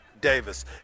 Davis